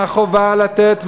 מהחובה לתת,